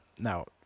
Now